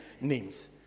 names